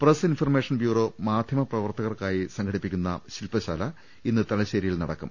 press information bureau മാധ്യമപ്രവർത്തകർക്കായി സംഘടിപ്പിക്കുന്ന ശിൽപ്പശാല ഇന്ന് തലശ്ശേരിയിൽ നടക്കും